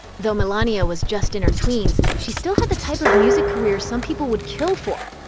though milania was just in her tweens, she still had the type of music career some people would kill for.